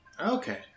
Okay